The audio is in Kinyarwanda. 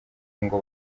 ngo